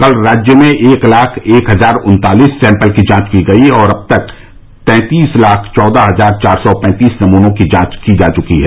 कल राज्य में एक लाख एक हजार उन्तालीस सैम्पल की जांच की गई और अब तक तैंतीस लाख चौदह हजार चार सौ पैंतीस नमूनों की जांच की गई है